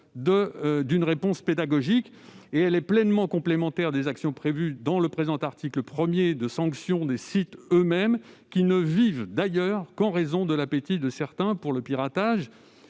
d'une réponse pédagogique. Elle est tout à fait complémentaire des actions prévues dans le présent article pour sanctionner les sites eux-mêmes, qui ne vivent d'ailleurs qu'en raison de l'appétit de certains pour le piratage.